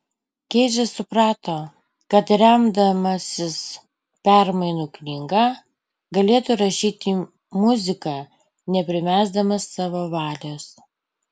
keidžas suprato kad remdamasis permainų knyga galėtų rašyti muziką neprimesdamas savo valios